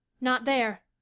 not there.